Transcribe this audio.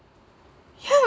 yeah